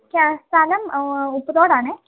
സ്ഥലം ഉപ്പുതോടാണേ